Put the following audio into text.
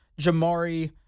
Jamari